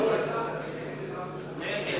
נגד